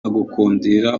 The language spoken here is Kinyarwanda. agukundira